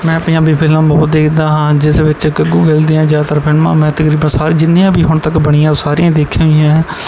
ਮੈਂ ਪੰਜਾਬੀ ਫਿਲਮ ਬਹੁਤ ਦੇਖਦਾ ਹਾਂ ਜਿਸ ਵਿੱਚ ਗੁੱਗੂ ਗਿੱਲ ਦੀਆਂ ਜ਼ਿਆਦਾਤਰ ਫਿਲਮਾਂ ਮੈਂ ਤਕਰੀਬਨ ਸਾਰੀ ਜਿੰਨੀਆਂ ਵੀ ਹੁਣ ਤੱਕ ਬਣੀਆਂ ਉਹ ਸਾਰੀਆਂ ਦੇਖੀਆਂ ਹੋਈਆਂ